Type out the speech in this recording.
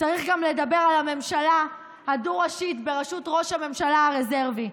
צריך גם לדבר על הממשלה הדו-ראשית בראשות ראש הממשלה הרזרבי.